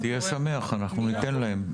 אז תהיה שמח, אנחנו ניתן להם,